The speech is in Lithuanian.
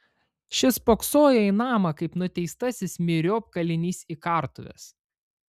šis spoksojo į namą kaip nuteistasis myriop kalinys į kartuves